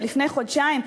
לפני חודשיים,